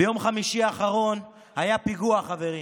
ביום חמישי האחרון היה פיגוע, חברים.